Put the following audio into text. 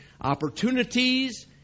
opportunities